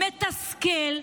מתסכל,